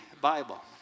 Bible